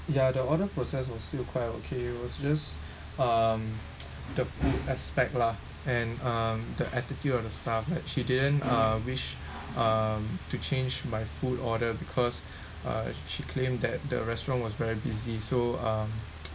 ya the order process was still quite okay it was just um the aspect lah and um the attitude of the staff that she didn't uh wish um to change my food order because uh she claimed that the restaurant was very busy so um